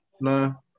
no